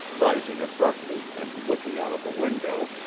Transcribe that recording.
rising abruptly and looking out of a window,